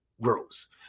grows